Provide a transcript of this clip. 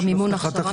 גם מימון הכשרה,